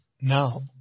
now